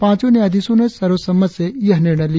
पांचो न्यायाधीशों ने सर्वसम्मति से यह निर्णय दिया